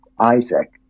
isaac